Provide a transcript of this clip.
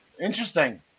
Interesting